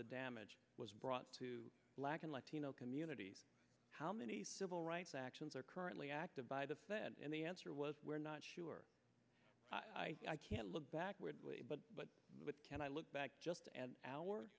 the damage was brought to black and latino communities how many civil rights actions are currently active by the fed and the answer was we're not sure i can look backward but what can i look back just an hour